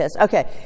Okay